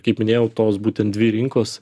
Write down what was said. kaip minėjau tos būtent dvi rinkos